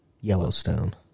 Yellowstone